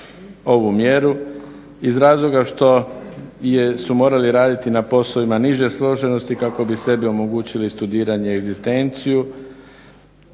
ovu mjeru iz razloga što su morali raditi na poslovima niže složenosti kako bi sebi omogućili studiranje i egzistenciju.